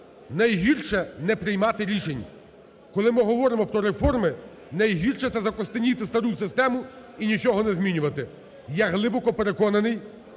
найгірше – не приймати рішень. Коли ми говоримо про реформи, найгірше – це закостеніти стару систему і нічого не змінювати. Я глибоко переконаний,